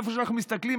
איפה שאנחנו מסתכלים,